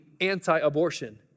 anti-abortion